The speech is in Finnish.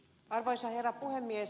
arvoisa herra puhemies